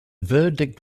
verdict